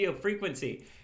frequency